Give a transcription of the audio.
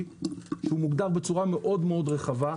שהוא מוגדר בצורה מאוד מאוד רחבה,